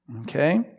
Okay